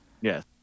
Yes